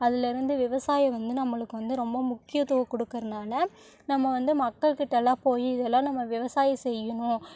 அதிலி இருந்து விவசாயம் வந்து நம்மளுக்கு வந்து ரொம்ப முக்கியத்துவம் கொடுக்கறனால நம்ம வந்து மக்கள்கிட்டெ எல்லாம் போய் இதெல்லாம் நம்ம விவசாயம் செய்யணும்